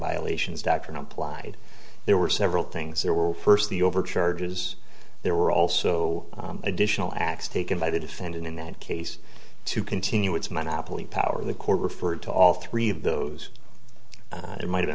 violations doctrine implied there were several things there were first the overcharges there were also additional acts taken by the defendant in that case to continue its monopoly power in the court referred to all three of those it might have